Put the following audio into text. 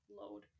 load